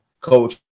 coach